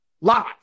live